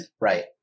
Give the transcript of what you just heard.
right